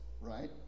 right